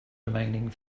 remaining